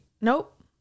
nope